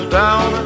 down